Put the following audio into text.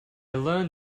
learned